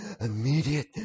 immediate